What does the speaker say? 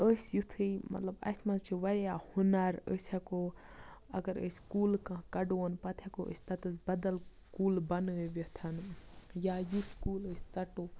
أسۍ یُتھُے مطلب اَسہِ منٛز چھِ واریاہ ہُنَر أسۍ ہٮ۪کو اگر أسۍ کُل کانٛہہ کَڑون پَتہٕ ہٮ۪کو أسۍ تَتَس بدل کُل بَنٲوِتھ یا یُس کُل أسۍ ژَٹو